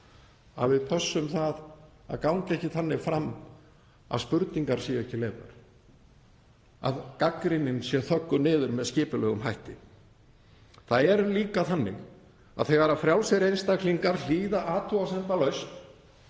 að við pössum að ganga ekki þannig fram að spurningar séu ekki leyfðar, að gagnrýnin sé þögguð niður með skipulegum hætti. Það er líka þannig að þegar frjálsir einstaklingar hlýða athugasemdalaust